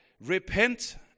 repent